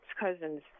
cousins